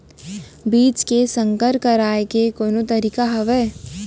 बीज के संकर कराय के कोनो तरीका हावय?